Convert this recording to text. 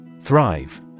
Thrive